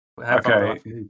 Okay